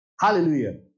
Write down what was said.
Hallelujah